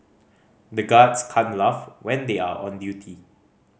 the guards can't laugh when they are on duty